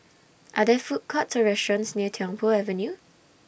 Are There Food Courts Or restaurants near Tiong Poh Avenue